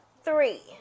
three